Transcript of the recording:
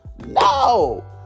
No